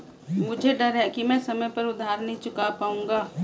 मुझे डर है कि मैं समय पर उधार नहीं चुका पाऊंगा